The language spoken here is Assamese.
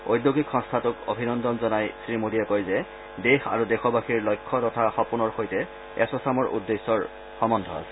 ঔদ্যোগিক সংস্থাটোক অভিনন্দন জনায় শ্ৰীমোদীয়ে কয় যে দেশ আৰু দেশবাসীৰ লক্ষ্য তথা সপোনৰ সৈতে এছ'ছামৰ উদ্দেশ্যৰ সম্বন্ধ আছে